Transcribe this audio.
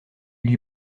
lui